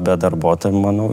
bet darbuotojų manau